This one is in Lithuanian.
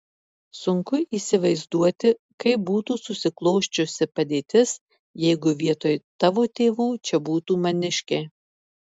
sunku įsivaizduoti kaip būtų susiklosčiusi padėtis jeigu vietoj tavo tėvų čia būtų maniškiai